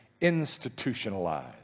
institutionalized